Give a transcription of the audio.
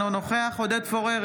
אינו נוכח עודד פורר,